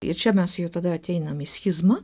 ir čia mes jau tada ateinam į schizmą